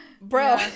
bro